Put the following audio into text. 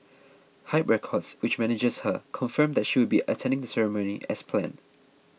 Hype Records which manages her confirmed that she would be attending the ceremony as planned